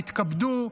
יתכבדו,